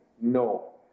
No